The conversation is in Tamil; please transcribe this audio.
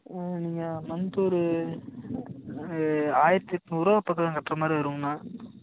நீங்கள் மந்தொரு ஆயிரத்து எட்நூறுரூவா பக்கோங்க கட்டுற மாதிரி வருங்கணா